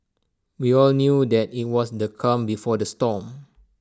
we all knew that IT was the calm before the storm